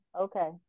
Okay